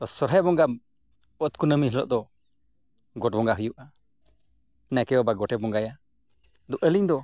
ᱥᱚᱨᱦᱟᱭ ᱵᱚᱸᱜᱟ ᱚᱛ ᱠᱩᱱᱟᱹᱢᱤ ᱦᱤᱞᱳᱜ ᱫᱚ ᱜᱚᱰ ᱵᱚᱸᱜᱟ ᱦᱩᱭᱩᱜᱼᱟ ᱱᱟᱭᱠᱮ ᱵᱟᱵᱟ ᱜᱚᱴᱮ ᱵᱚᱸᱜᱟᱭᱟ ᱟᱨ ᱟᱹᱞᱤᱧ ᱫᱚ